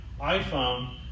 iPhone